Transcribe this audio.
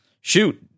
shoot